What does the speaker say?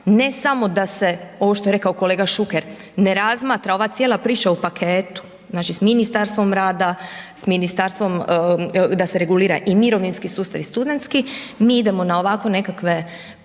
ne samo da se, ovo što je rekao kolega Šuker, ne razmatra ova cijela priča u paketu, znači s Ministarstvom rada, s ministarstvom, da se regulira i mirovinski sustav i studentski, mi idemo na ovako nekakve